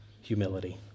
humility